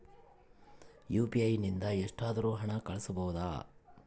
UPI ನಿಂದ ಎಷ್ಟಾದರೂ ಹಣ ಕಳಿಸಬಹುದಾ?